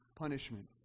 punishment